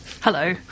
Hello